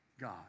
God